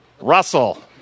Russell